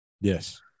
Yes